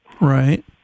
Right